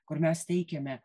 kur mes teikėme